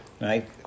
right